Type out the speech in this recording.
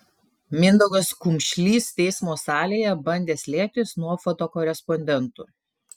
mindaugas kumšlys teismo salėje bandė slėptis nuo fotokorespondentų